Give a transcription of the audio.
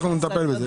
אנחנו נטפל בזה.